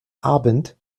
abend